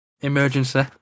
emergency